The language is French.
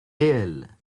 réelles